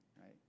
right